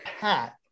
Pat